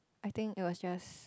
I think it was just